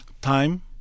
time